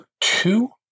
two